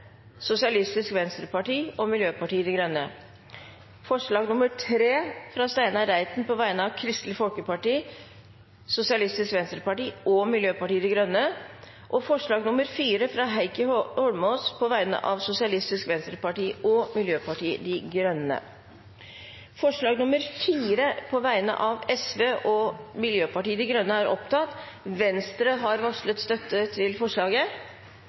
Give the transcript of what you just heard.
Sosialistisk Venstreparti og Miljøpartiet De Grønne forslag nr. 3, fra Steinar Reiten på vegne av Kristelig Folkeparti, Sosialistisk Venstreparti og Miljøpartiet De Grønne forslag nr. 4, fra Heikki Eidsvoll Holmås på vegne av Sosialistisk Venstreparti og Miljøpartiet De Grønne Det voteres først over forslag nr. 4, fra Sosialistisk Venstreparti og Miljøpartiet De Grønne. Forslaget lyder: «Stortinget ber regjeringen avslutte utlysning av nye leteblokker i arktiske farvann som Norge har